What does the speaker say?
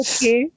Okay